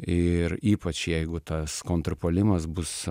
ir ypač jeigu tas kontrpuolimas bus